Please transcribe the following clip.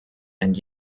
and